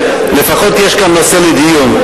לפחות יש כאן נושא לדיון.